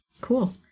cool